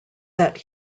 that